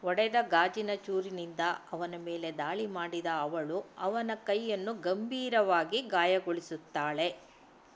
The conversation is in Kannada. ಒಡೆದ ಗಾಜಿನ ಚೂರಿನಿಂದ ಅವನ ಮೇಲೆ ದಾಳಿ ಮಾಡಿದ ಅವಳು ಅವನ ಕೈಯನ್ನು ಗಂಭೀರವಾಗಿ ಗಾಯಗೊಳಿಸುತ್ತಾಳೆ